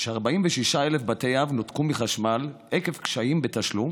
46,000 בתי אב נותקו מחשמל עקב קשיים בתשלום.